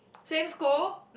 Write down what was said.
same school